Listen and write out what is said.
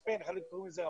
חלק קוראים לזה מצפן,